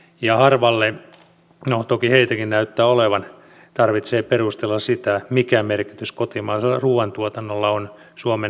ja harvalle no toki heitäkin näyttää olevan tarvitsee perustella sitä mikä merkitys kotimaisella ruoantuotannolla on suomen huoltovarmuudelle